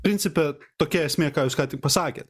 principe tokia esmė ką jūs ką tik pasakėt